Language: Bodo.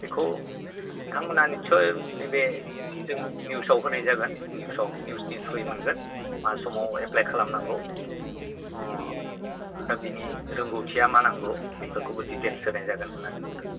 बेखौ नोंथांमोनहा निदसय नैबे जों निउसाव होनाय जागोन निउसाव निउसनि थ्रुयै मोनगोन मा समाव एफ्लाय खालाम नांगौ ओ दा बिनि रोंग'थिया मा नांगौ बेफोरखौबो दिटेल्स होनाय जागोन होन्नानै बुंदों